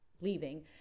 leaving